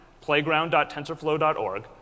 playground.tensorflow.org